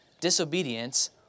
Disobedience